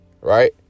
right